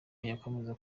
nakomeza